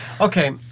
Okay